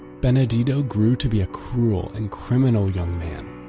benedetto grew to be a cruel and criminal young man.